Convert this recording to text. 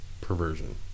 perversion